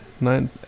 Nine